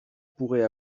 pourrait